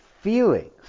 feelings